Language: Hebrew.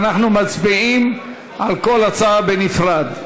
אנחנו מצביעים על כל הצעה בנפרד.